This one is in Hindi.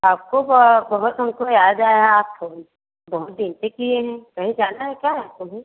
आपको बहुत हमको याद आया आप फोन बहुत दिन से किए हैं कहीं जाना है क्या आपको भी